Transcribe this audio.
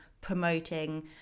promoting